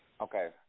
Okay